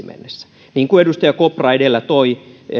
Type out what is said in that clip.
mennessä niin kuin edustaja kopra edellä toi